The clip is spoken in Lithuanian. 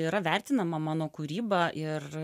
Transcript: yra vertinama mano kūryba ir